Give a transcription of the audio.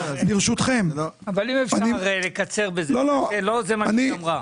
אם אפשר לקצר בזה כי לא זה מה שהיא אמרה.